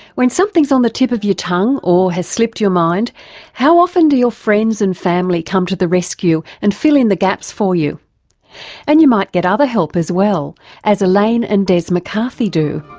when something's on the tip of your tongue or has slipped your mind how often do your friends and family come to the rescue and fill in the gaps for you and you might get other help as well as elaine and des mccarthy do.